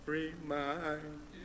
remind